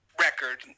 record